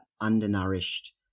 undernourished